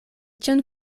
ĉion